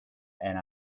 and